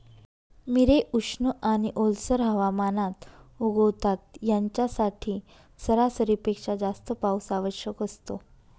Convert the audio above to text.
मिरे उष्ण आणि ओलसर हवामानात उगवतात, यांच्यासाठी सरासरीपेक्षा जास्त पाऊस आवश्यक असतो